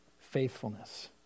faithfulness